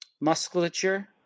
musculature